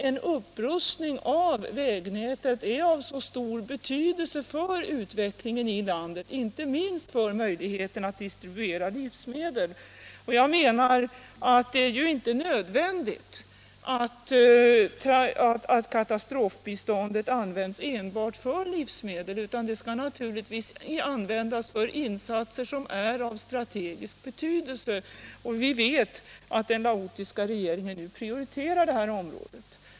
En upprustning av vägnätet är av så stor betydelse för utvecklingen i landét, inte minst för möjligheten att distribuera livsmedel. Jag menar att det ju inte är nödvändigt att katastrofbiståndet används enbart för livsmedel. Det skall naturligtvis användas för insatser som är av strategisk betydelse. Vi vet att den laotiska regeringen prioriterat detta område.